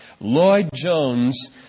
Lloyd-Jones